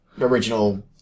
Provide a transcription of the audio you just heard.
original